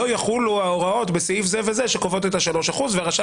לא יחולו ההוראות בסעיף זה וזה שקובעות את ה-3% ורשם